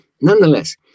Nonetheless